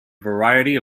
variety